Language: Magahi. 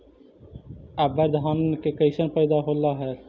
अबर धान के कैसन पैदा होल हा?